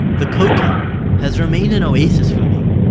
the kotel has remained an oasis for me.